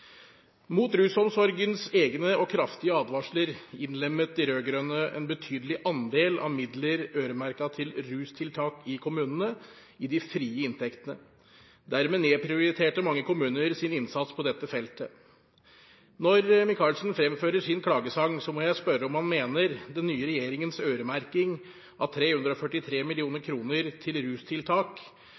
Mot rusomsorgens egne og kraftige advarsler innlemmet de rød-grønne en betydelig andel av midler øremerket til rustiltak i kommunene i de frie inntektene. Dermed nedprioriterte mange kommuner sin innsats på dette feltet. Når Micaelsen fremfører sin klagesang, må jeg spørre: Mener han at den nye regjeringens øremerking av 343 mill. kr til rustiltak